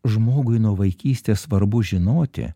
žmogui nuo vaikystės svarbu žinoti